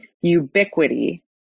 ubiquity